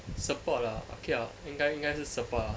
support ah okay lah 应该应该是 support ah